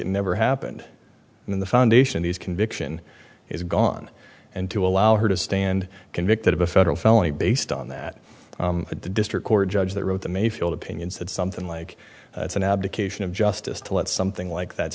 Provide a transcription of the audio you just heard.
it never happened in the foundation these conviction is gone and to allow her to stand convicted of a federal felony based on that at the district court judge that wrote the mayfield opinion said something like it's an abdication of justice to let something like that